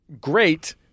great